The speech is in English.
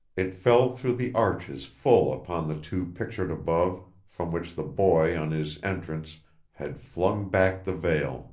it fell through the arches full upon the two pictures above, from which the boy on his entrance had flung back the veil